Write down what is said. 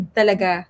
talaga